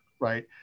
right